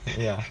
ya